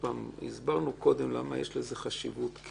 הסברנו קודם למה יש לזה חשיבות.